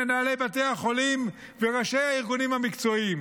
למנהלי בתי החולים ולראשי הארגונים המקצועיים: